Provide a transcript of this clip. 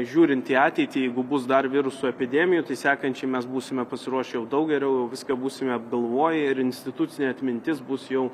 žiūrint į ateitį jeigu bus dar virusų epidemijų tai sekančiai mes būsime pasiruošę jau daug geriau jau viską būsime apgalvoję ir institucinė atmintis bus jau